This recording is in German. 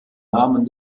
namen